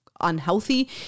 unhealthy